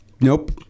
nope